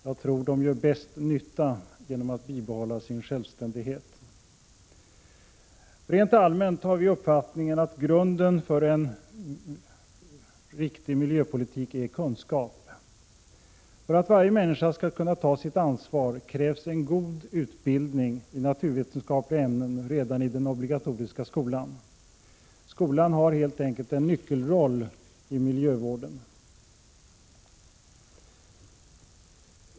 Jag tror att de gör bäst nytta genom att bibehålla sin självständighet. Rent allmänt har vi moderater uppfattningen att grunden för en riktig miljöpolitik är kunskap. För att varje människa skall kunna ta sitt ansvar krävs en god utbildning i naturvetenskapliga ämnen redan i den obligatoriska skolan. Skolan har helt enkelt en nyckelroll i miljövården.